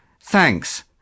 thanks